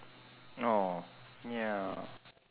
!aww! ya